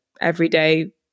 everyday